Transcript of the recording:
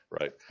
right